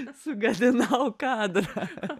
sugadinau kadrą